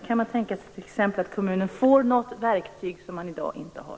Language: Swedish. Kan man tänka sig t.ex. att kommunerna får ett verktyg som de i dag inte har?